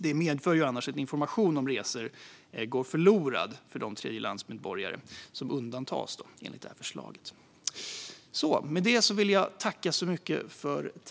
Det medför annars att information om resor går förlorad gällande de tredjelandsmedborgare som undantas enligt det här förslaget.